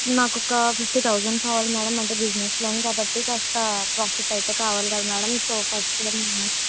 నాకు ఒక fifty thousand కావాలి మేడం అంటే బిజినెస్ లోన్ కాబట్టి కాస్త ప్రాఫిట్ అయితే కావాలి కదా మేడం సో ఫస్ట్